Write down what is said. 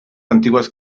antiguas